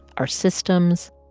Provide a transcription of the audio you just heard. our systems.